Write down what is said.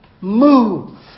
Move